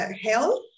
health